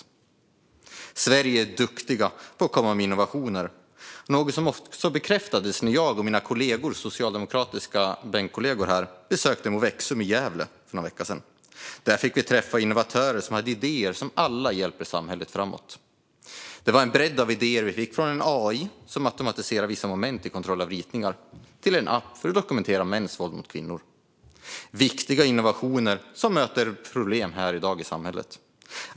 I Sverige är vi duktiga på att komma med innovationer, något som också bekräftades när jag och mina socialdemokratiska bänkkollegor besökte Movexum i Gävle för någon vecka sedan. Där fick vi träffa innovatörer som hade idéer som alla hjälper samhället framåt. Det var en bredd av idéer vi fick höra om, alltifrån en AI som automatiserar vissa moment i kontroll av ritningar till en app för att dokumentera mäns våld mot kvinnor. Detta är viktiga innovationer som möter problem i dagens samhälle.